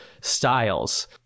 styles